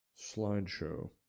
slideshow